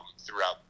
throughout